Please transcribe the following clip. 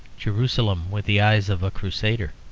jerusalem with the eyes of a crusader,